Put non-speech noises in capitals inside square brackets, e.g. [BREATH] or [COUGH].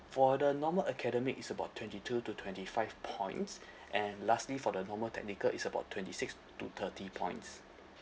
for the normal academic it's about twenty two to twenty five points [BREATH] and lastly for the normal technical it's about twenty six to thirty points